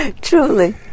Truly